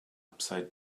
upside